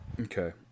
Okay